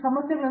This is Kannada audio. ಪ್ರೊಫೆಸರ್